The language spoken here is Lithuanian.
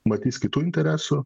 matys kitų interesų